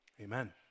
Amen